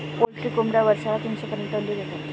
poultry कोंबड्या वर्षाला तीनशे पर्यंत अंडी देतात